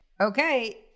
okay